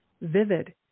vivid